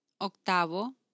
octavo